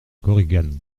korigane